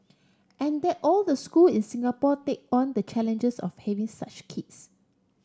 and that all the school in Singapore take on the challenges of having such kids